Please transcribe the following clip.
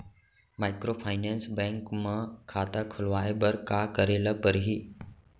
Microfinance bank म खाता खोलवाय बर का करे ल परही?